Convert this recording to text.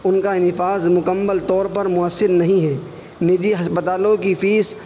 ان کا نفاذ مکمل طور پر موثر نہیں ہے نجی ہسپتالوں کی فیس